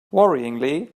worryingly